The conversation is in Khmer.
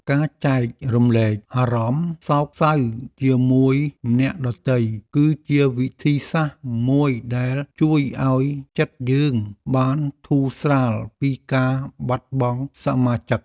ការចែករំលែកអារម្មណ៍សោកសៅជាមួយអ្នកដទៃ គឺជាវិធីសាស្រ្តមួយដែលជួយឱ្យចិត្តយើងបានធូរស្រាលពីការបាត់បង់សមាជិក។